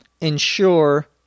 Ensure